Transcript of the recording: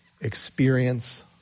experience